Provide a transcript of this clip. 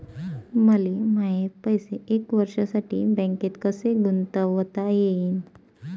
मले माये पैसे एक वर्षासाठी बँकेत कसे गुंतवता येईन?